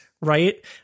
right